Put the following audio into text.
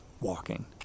walking